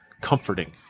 comforting